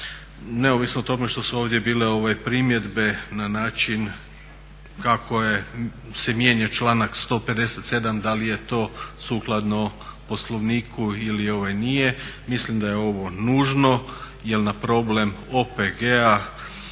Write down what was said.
neovisno o tome što su ovdje bile primjedbe na način kako se mijenja članak 157. da li je to sukladno Poslovniku ili nije. Mislim da je ovo nužno, jer na problem OPG-a